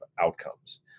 outcomes